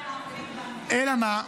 אלא מה?